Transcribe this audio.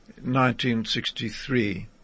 1963